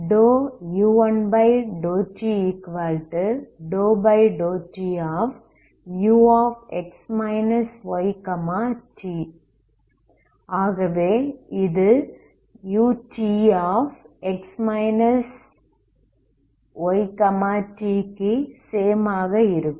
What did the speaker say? u1∂t∂tux yt ஆகவே இது utx yt க்கு சேம் ஆக இருக்கும்